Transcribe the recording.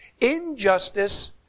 Injustice